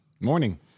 Morning